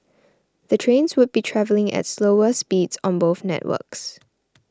the trains would be travelling at slower speeds on both networks